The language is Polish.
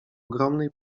ogromnej